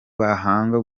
bahanga